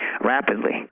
rapidly